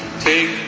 Take